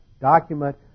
document